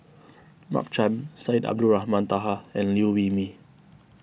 Mark Chan Syed Abdulrahman Taha and Liew Wee Mee